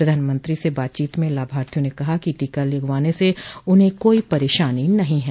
प्रधानमंत्री से बातचीत में लाभार्थियों ने कहा कि टीका लगवाने से उन्हें कोई परेशानी नहीं है